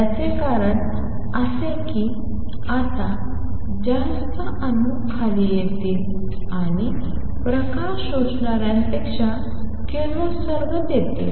याचे कारण असे की आता जास्त अणू खाली येतील आणि प्रकाश शोषणार्यांपेक्षा किरणोत्सर्ग देतील